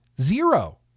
zero